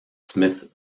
smith